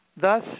Thus